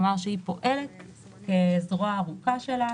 כלומר שהיא זרוע ארוכה של רשות המיסים,